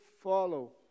follow